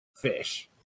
fish